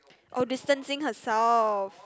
oh distancing herself